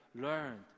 learned